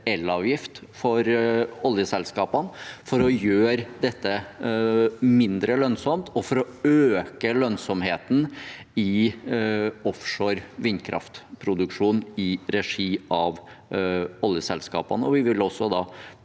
elavgift for oljeselskapene for å gjøre dette mindre lønnsomt og for å øke lønnsomheten i offshore vindkraftproduksjon i regi av oljeselskapene.